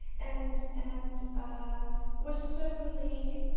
and and ah was certainly